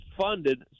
funded